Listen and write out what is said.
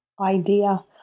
idea